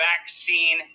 vaccine